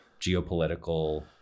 geopolitical